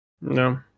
No